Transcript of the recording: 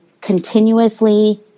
continuously